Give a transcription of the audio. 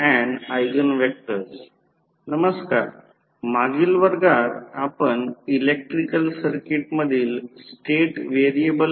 तर हे इथे लिहिलेले नाही उच्च व्होल्टेज बाजू E2000 व्होल्ट आहे याचा अर्थ म्हणजे N2N1 10 असेल